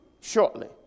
shortly